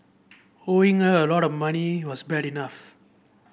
owing her a lot of money was bad enough